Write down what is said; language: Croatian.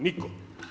Nitko.